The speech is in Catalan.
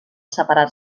separar